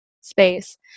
space